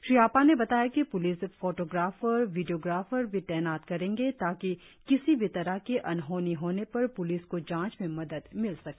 श्री आपा ने बताया कि प्लिस फोटोग्राफर वीडियोग्राफर भी तैनात करेंगे ताकि किसी भी तरह की अनहोनी होने पर प्लिस को जाँच में मदद मिल सके